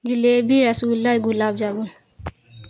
jalebi rasgulla gulab jamun